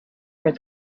where